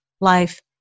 life